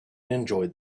enjoyed